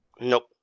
Nope